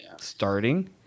starting